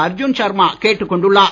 அர்ஜுன் ஷர்மா கேட்டுக்கொண்டுள்ளார்